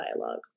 dialogue